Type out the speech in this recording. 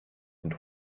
und